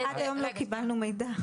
עד היום לא קיבלנו מידע.